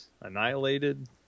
annihilated